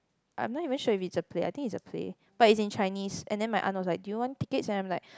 I'm not even sure it is a play I think is a play but it's in Chinese and then my aunt was like do you want ticket I am like